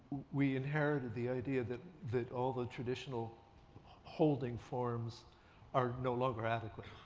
we inherited the idea that that all the traditional holding forms are no longer adequate.